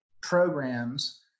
programs